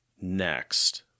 next